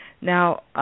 Now